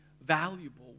valuable